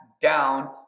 down